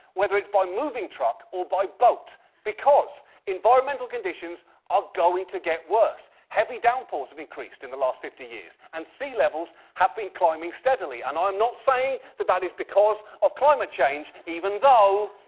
whether it's by moving truck or by boat because environmental conditions are going to get worse. heavy downpours have increased in the last fifty years and sea levels have been climbing steadily and i'm not saying that that is because of climate change even though.